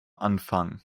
anfang